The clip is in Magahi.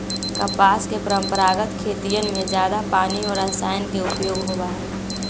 कपास के परंपरागत खेतियन में जादा पानी और रसायन के उपयोग होबा हई